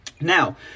Now